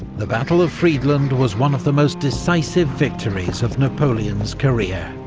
the battle of friedland was one of the most decisive victories of napoleon's career.